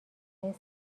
این